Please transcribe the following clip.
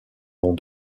long